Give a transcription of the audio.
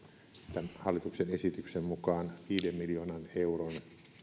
tämän hallituksen esityksen mukaan viiden miljoonan euron